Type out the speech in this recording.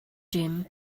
dim